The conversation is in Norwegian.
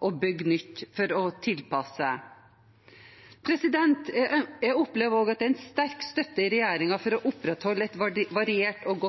å bygge nytt for å tilpasse. Jeg opplever at det er en sterk støtte i regjeringen for å opprettholde et variert og